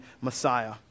Messiah